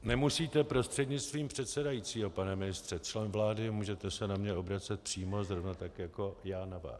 Nemusíte prostřednictvím předsedajícího, pane ministře, jste člen vlády, můžete se na mě obracet přímo zrovna tak jako já na vás.